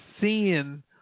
seeing